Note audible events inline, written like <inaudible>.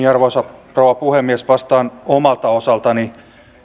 <unintelligible> arvoisa rouva puhemies vastaan omalta osaltani